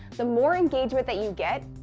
the more engagement that you get,